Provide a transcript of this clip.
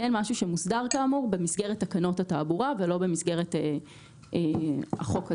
משהו שמוסדר במסגרת תקנות התעבורה ולא במסגרת החוק הזה.